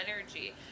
energy